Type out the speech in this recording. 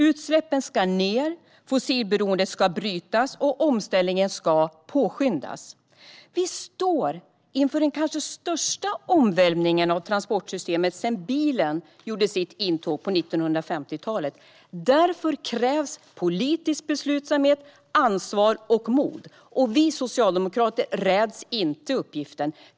Utsläppen ska minska, fossilberoendet ska brytas och omställningen ska påskyndas. Vi står inför den kanske största omvälvningen av transportsystemet sedan bilen gjorde sitt intåg på 1950-talet. Därför krävs politisk beslutsamhet, ansvar och mod. Vi socialdemokrater räds inte uppgiften.